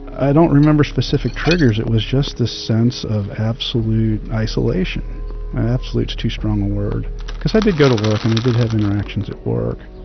i don't remember specific triggers. it was just the sense of absolute isolation absolute's too strong a word because i did go to work, and i did have interactions at work,